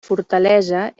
fortalesa